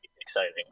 exciting